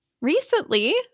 recently